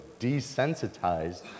desensitized